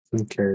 Okay